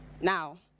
Now